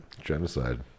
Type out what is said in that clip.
Genocide